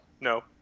No